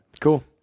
Cool